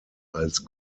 als